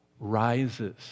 rises